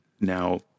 now